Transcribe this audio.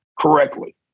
correctly